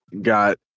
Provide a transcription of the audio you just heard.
got